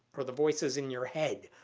or the voices in your head,